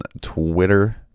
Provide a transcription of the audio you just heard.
Twitter